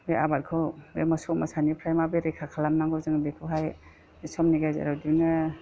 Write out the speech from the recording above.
बे आबादखौ बे मोसौ मोसानिफ्राय माबोरै रैखा खालामनांगौ जोङो बेखौहाय समनि गेजेराव बिदिनो